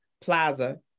plaza